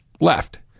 left